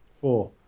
Four